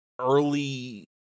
early